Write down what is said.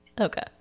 okay